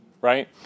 right